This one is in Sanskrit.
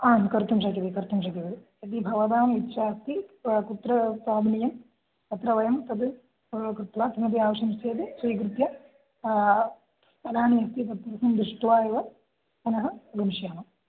आं कर्तुं शक्यते कर्तुं शक्यते यदि भवताम् इच्छा अस्ति कुत्र स्थापनीयं तत्र वयं तत् कृत्वा किमपि आवश्यकं चेत् स्वीकृत्य तदानीं यदस्ति तत्सर्वं दृष्ट्वा एव पुनः गमिष्यामः